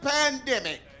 pandemic